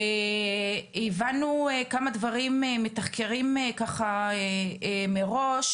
הבנו כמה דברים מתחקירים מראש,